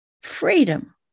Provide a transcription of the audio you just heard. freedom